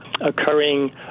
occurring